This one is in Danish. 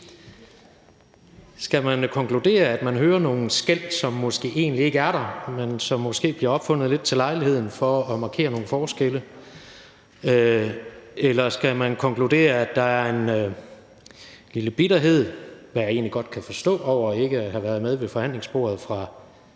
Skal man konkludere, at man hører nogle skel, som måske egentlig ikke er der, men som måske bliver opfundet lidt til lejligheden for at markere nogle forskelle? Eller skal man konkludere, at der er en lille bitterhed, hvad jeg egentlig godt kan forstå, over ikke at have været med ved forhandlingsbordet fra